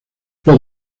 los